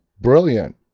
brilliant